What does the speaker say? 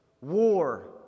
War